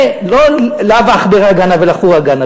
זה לא "לאו עכברא גנב אלא חורא גנב",